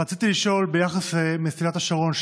רציתי לשאול על למסילת השרון.